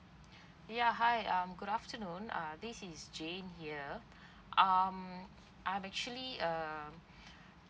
ya hi um good afternoon uh this is jane here um I'm actually uh